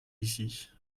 ici